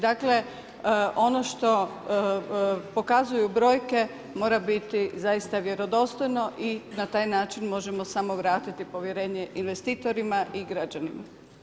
Dakle ono što pokazuju brojke mora biti zaista vjerodostojno i na taj način možemo samo vratiti povjerenje investitorima i građanima.